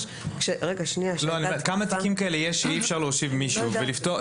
--- אני שואל כמה תיקים כאלה יש שאי אפשר להושיב מישהו לפתוח אותם?